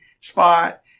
spot